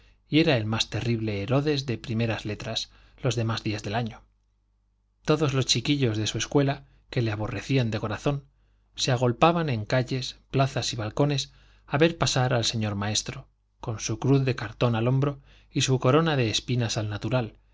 y era el más terrible herodes de primeras letras los demás días del año todos los chiquillos de su escuela que le aborrecían de corazón se agolpaban en calles plazas y balcones a ver pasar al señor maestro con su cruz de cartón al hombro y su corona de espinas al natural